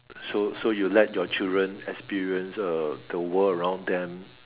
so so you let your children experience uh the world around them